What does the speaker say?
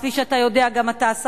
כפי שגם אתה יודע,